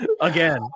again